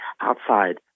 Outside